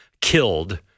killed